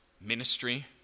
ministry